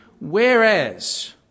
Whereas